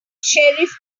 sheriff